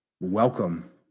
welcome